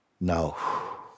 Now